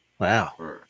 Wow